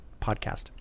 podcast